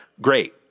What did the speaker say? great